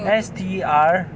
S T R